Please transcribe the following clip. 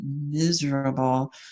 miserable